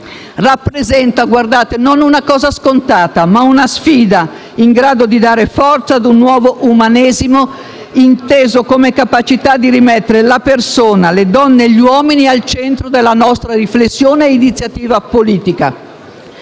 rappresenta, non una cosa scontata, ma una sfida in grado di dare forza ad un nuovo umanesimo, inteso come capacità di rimettere la persona, le donne e gli uomini al centro della nostra riflessione e iniziativa politica.